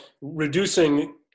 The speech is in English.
Reducing